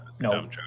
no